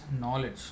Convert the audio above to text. knowledge